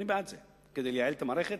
במערכת